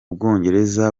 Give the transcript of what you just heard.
bwongereza